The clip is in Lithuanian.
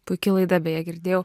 puiki laida beje girdėjau